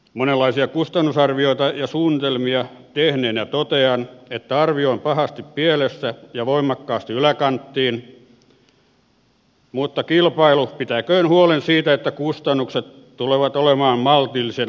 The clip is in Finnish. monenlaisia kustannusarvioita ja suunnitelmia tehneenä totean että arvio on pahasti pielessä ja voimakkaasti yläkanttiin mutta kilpailu pitäköön huolen siitä että kustannukset tulevat olemaan maltillisella tasolla